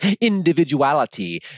individuality